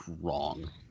wrong